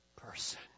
person